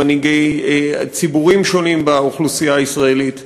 עם מנהיגי ציבורים שונים באוכלוסייה הישראלית,